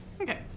Okay